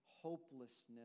hopelessness